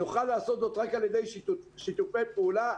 נוכל לעשות זאת רק על ידי שיתופי פעולה,